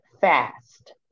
fast